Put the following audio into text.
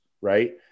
Right